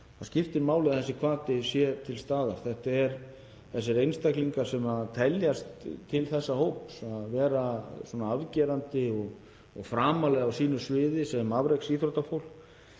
það skipti máli að þessi hvati sé til staðar. Þeir einstaklingar sem teljast til þess hóps að vera afgerandi og framarlega á sínu sviði sem afreksíþróttafólk